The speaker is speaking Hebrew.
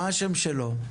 מה השם שלו?